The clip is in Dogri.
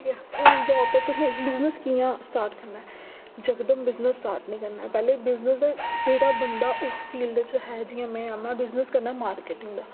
ते हून जाब तुसें बिजनेस कि'यां स्टार्ट करना ऐ यकदम बिजनेस स्टार्ट निं करना पैह्लें बिजनेस दे जेह्ड़ा बंदा उस फील्ड च है जि'यां में आं में बिजनेस करना मार्किटिंग दा ठीक ऐ